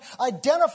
identify